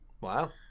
Wow